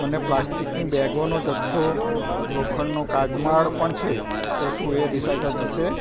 મને પ્લાસ્ટિકની બેગોનો જથ્થો લોખંડનો કાટમાળ પણ છે તો શું એ રિસાયકલ થશે